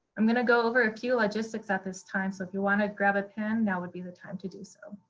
i'm going to go over a few logistics at this time, so if you want to grab a pen, now would be the time to do so.